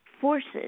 forces